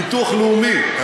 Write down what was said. ביטוח לאומי.